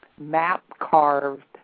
map-carved